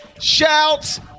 Shouts